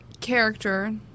character